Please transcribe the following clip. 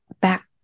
back